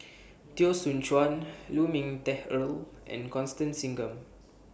Teo Soon Chuan Lu Ming Teh Earl and Constance Singam